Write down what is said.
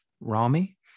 Rami